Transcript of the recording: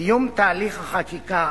סיום תהליך החקיקה